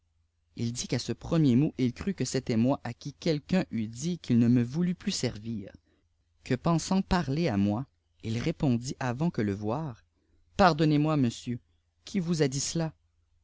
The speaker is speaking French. il dit qu'à ce premier mot il crut que c'était moi à qui quelqu'un eût dit qu'il ne me voulut plus servir que pensant parler à moi il répondit avant que le voir pardonnez-moi monsieur qui vous a dit cela